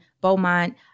Beaumont